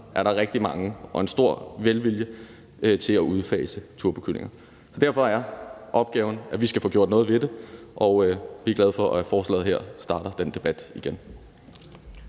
er der en stor velvilje til at udfase turbokyllinger. Derfor er opgaven, at vi skal få gjort noget ved det, og vi er glade for, at det her forslag starter den debat igen.